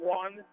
one